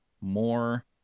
more